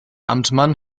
amtmann